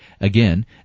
Again